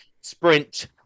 sprint